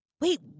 Wait